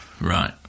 Right